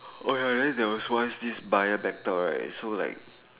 !oi! then there was once this buyer backed out right so like